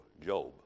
Job